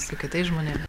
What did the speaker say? su kitais žmonėm